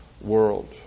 world